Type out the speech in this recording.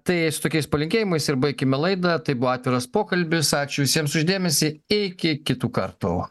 tai su tokiais palinkėjimais ir baikime laidą tai buvo atviras pokalbis ačiū visiems už dėmesį iki kitų kartų